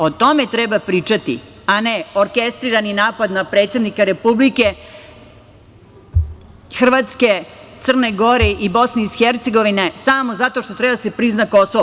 O tome treba pričati, a ne orkestrirani napad na predsednika Republike, Hrvatske, Crne Gore i BiH, samo zato što treba da se prizna Kosovo.